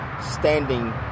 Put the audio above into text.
standing